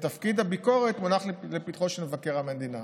ותפקיד הביקורת מונח לפתחו של מבקר המדינה.